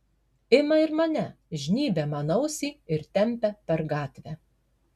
ima ir mane žnybia man ausį ir tempia per gatvę